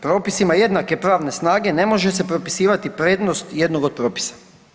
Propisima jednake pravne snage ne može se propisivati prednost jednog od propisa.